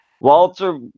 Walter